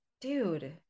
dude